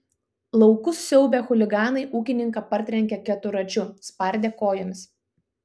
laukus siaubę chuliganai ūkininką partrenkė keturračiu spardė kojomis